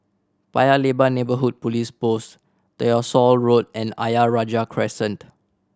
Paya Lebar Neighbourhood Police Post Tyersall Road and Ayer Rajah Crescent